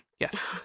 Yes